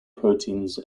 proteins